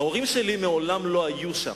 ההורים שלי מעולם לא היו שם,